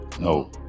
No